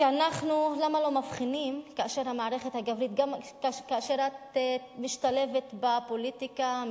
למה לא מבחינים גם כאשר את משתלבת בפוליטיקה,